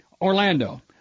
Orlando